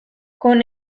con